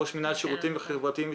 ראש מנהל שירותים חברתיים,